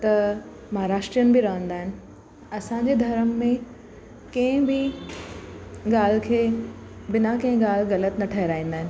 त महाराष्ट्रियनि बि रहंदा आहिनि असांजे धर्म में कंहिं बि ॻाल्हि खे बिना कंहिं ॻाल्हि ग़लति न ठहराईंदा आहिनि